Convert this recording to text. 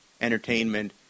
entertainment